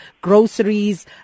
groceries